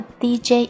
dj